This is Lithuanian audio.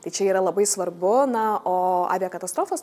tai čia yra labai svarbu na o aviakatastrofos